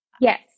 Yes